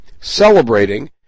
celebrating